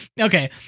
Okay